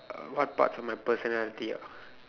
uh what parts of my personality ah